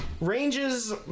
ranges